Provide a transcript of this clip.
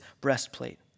breastplate